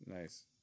nice